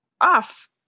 off